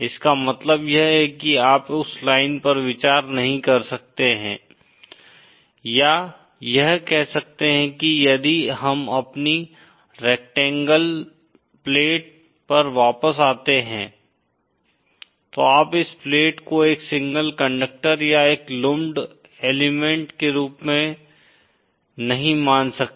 इसका मतलब यह है कि आप उस लाइन पर विचार नहीं कर सकते हैं या यह कह सकते हैं कि यदि हम अपनी रेक्टेंगल प्लेट पर वापस आते हैं तो आप इस प्लेट को एक सिंगल कंडक्टर या एक लुम्प्ड एलीमेंट के रूप में नहीं मान सकते